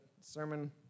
sermon